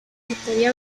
arteria